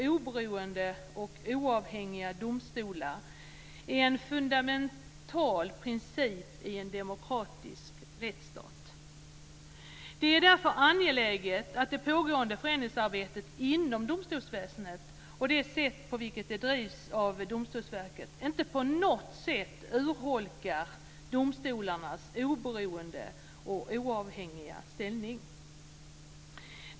Oberoende och oavhängiga domstolar är en fundamental princip i en demokratisk rättsstat. Det är därför angeläget att det pågående förändringsarbetet inom domstolsväsendet och det sätt på vilket det bedrivs av Domstolsverket inte på något sätt urholkar domstolarnas oberoende och oavhängiga ställning.